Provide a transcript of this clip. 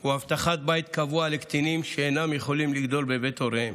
הוא הבטחת בית קבוע לקטינים שאינם יכולים לגדול בבית הוריהם,